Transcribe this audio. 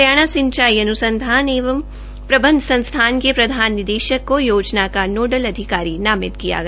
हरियाणा सिंचाई अनुसंधान एवं प्रबंधन संस्थान के प्रधान निदेशक को योजना का नोडल अधिकारी नामित किया गया